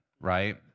right